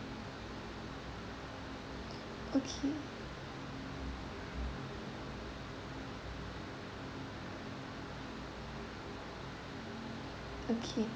okay okay